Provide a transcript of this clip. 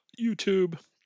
YouTube